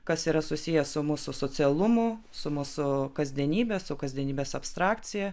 kas yra susiję su mūsų socialumu su mūsų kasdienybe su kasdienybės abstrakcija